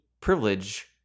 privilege